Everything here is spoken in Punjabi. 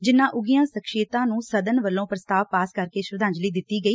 ਜਿਨੂਾਂ ਉੱਘੀਆਂ ਸ਼ਖਸੀਅਤਾਂ ਨੂੰ ਸਦਨ ਵੱਲੋਂ ਪ੍ਰਸਤਾਵ ਪਾਸ ਕਰਕੇ ਸ਼ਰਧਾਂਜਲੀ ਦਿਤੀ ਗਈ